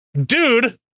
dude